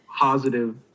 positive